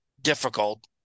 difficult